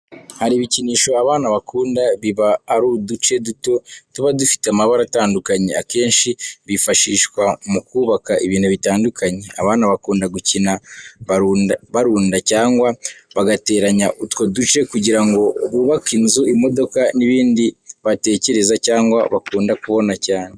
Hari ibikinisho abana bakunda, biba ari uduce duto tuba dufite amabara atandukanye, akenshi bifashishwa mu kubaka ibintu bitandukanye. Abana bakunda gukina barunda cyangwa bagateranya utwo duce kugira ngo bubake inzu, imodoka, n'ibindi batekereza cyangwa bakunda kubona cyane.